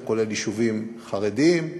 זה כולל יישובים חרדיים,